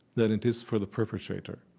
than it is for the perpetrator